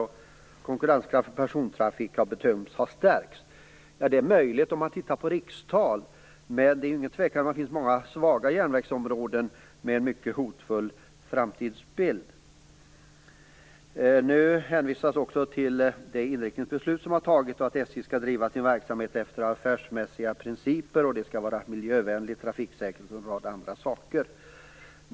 Man bedömer att konkurrenskraften i persontrafiken har stärkts. Det är möjligt att det är så om man tittar på rikstal, men det är ingen tvekan om att det finns många svaga järnvägsområden med en mycket hotfull framtid. Nu hänvisas det också till det inriktningsbeslut som har fattats, enligt vilket SJ skall bedriva sin verksamhet efter affärsmässiga principer. Det skall vara en miljövänligt, trafiksäkert och en rad andra saker.